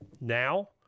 now